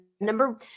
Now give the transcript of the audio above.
number